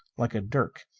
like a dirk.